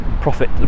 profit